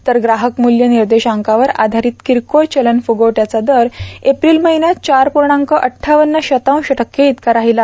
तर ग्राहक मूल्य निर्देशांकावर आधारित किरकोळ चलन फुगवट्याचा दर एप्रिल महिन्यात चार पूर्णाक अड्ञवन शतांश टक्के इतका राहिला